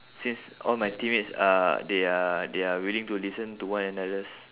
since all my teammates are they are they are willing to listen to one another